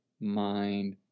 mind